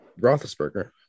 Roethlisberger